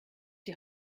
die